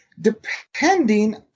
depending